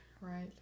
Right